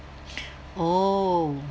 oh